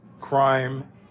crime